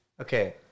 Okay